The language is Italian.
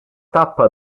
tappa